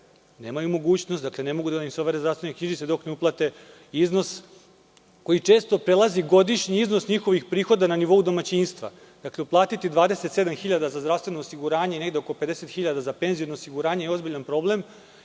nemaju mogućnost, ne mogu da im se overe zdravstvene knjižice dok ne uplate iznos koji često prelazi godišnji iznos njihovih prihoda na nivou domaćinstva. Platiti 27.000 za zdravstveno osiguranje, negde oko 50.000 za penziono osiguranje je ozbiljan problem,